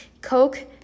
Coke